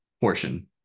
portion